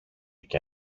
και